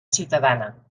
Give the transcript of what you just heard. ciutadana